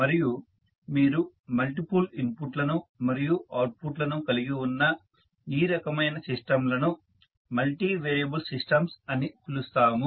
మరియు మీరు మల్టిపుల్ ఇన్పుట్లను మరియు అవుట్పుట్లను కలిగి ఉన్న ఈ రకమైన సిస్టంలను మల్టీ వేరియబుల్ సిస్టమ్స్ అని పిలుస్తాము